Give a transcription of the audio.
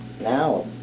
now